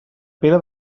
pere